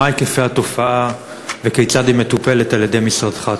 מה הם היקפי התופעה וכיצד היא מטופלת על-ידי משרדך?